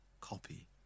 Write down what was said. copy